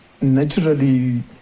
naturally